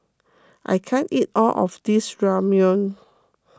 I can't eat all of this Ramyeon